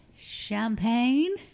champagne